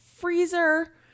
Freezer